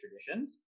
traditions